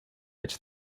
which